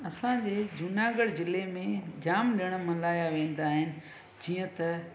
असांजे जूनागढ़ ज़िले में जाम ॾिणु मल्हायां वेंदा आहिनि जीअं त